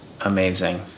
amazing